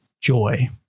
joy